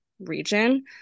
region